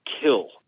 kill